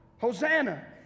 Hosanna